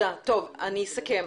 אני אסכם.